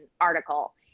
article